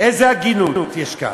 איזה הגינות יש כאן,